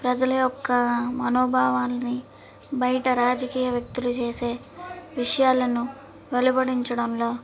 ప్రజల యొక్క మనోభావాల్ని బయట రాజకీయ వ్యక్తులు చేసే విషయాలను వెలవడించడంలో